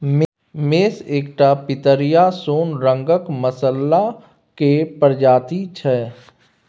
मेस एकटा पितरिया सोन रंगक मसल्ला केर प्रजाति छै